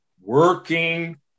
working